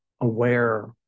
aware